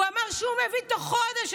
הוא אמר שהוא מביא תוך חודש.